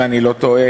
אם אני לא טועה,